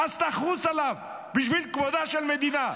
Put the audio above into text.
אז תחוס עליו, בשביל כבודה של מדינה.